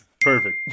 Perfect